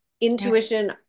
intuition